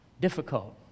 Difficult